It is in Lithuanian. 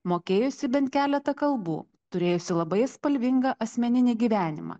mokėjusi bent keletą kalbų turėjusi labai spalvingą asmeninį gyvenimą